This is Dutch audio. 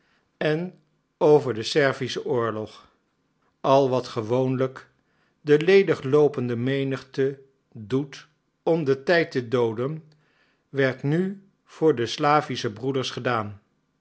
en over den servischen oorlog al wat gewoonlijk de ledigloopende menigte doet om den tijd te dooden werd nu voor de slavische broeders gedaan